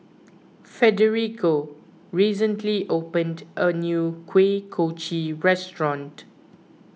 Federico recently opened a new Kuih Kochi restaurant